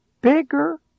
bigger